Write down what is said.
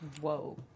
Whoa